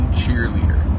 cheerleader